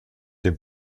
dem